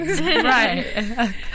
Right